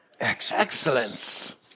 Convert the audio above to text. excellence